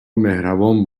مهربان